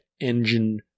engine